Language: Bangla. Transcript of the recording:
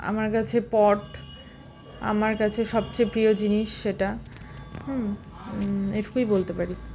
আমার কাছে পট আমার কাছে সবচেয়ে প্রিয় জিনিস সেটা হুম এইটুকুই বলতে পারি